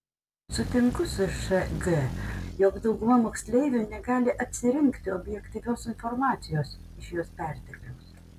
sutinku su šg jog dauguma moksleivių negali atsirinkti objektyvios informacijos iš jos pertekliaus